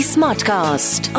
Smartcast